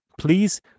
Please